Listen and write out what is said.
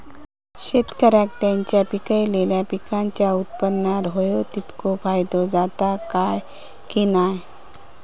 शेतकऱ्यांका त्यांचा पिकयलेल्या पीकांच्या उत्पन्नार होयो तितको फायदो जाता काय की नाय?